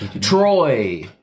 Troy